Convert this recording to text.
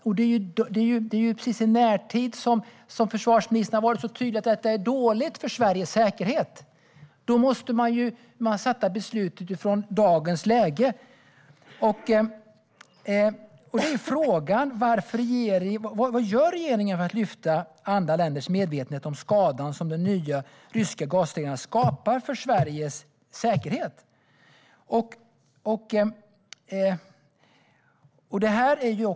Försvarsministern har i närtid varit tydlig med att detta är dåligt för Sveriges säkerhet. Man måste ju ta beslut utifrån dagens läge. Vad gör regeringen för att öka andra länders medvetenhet om skadan som den nya ryska gasledningen gör för Sveriges säkerhet?